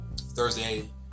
Thursday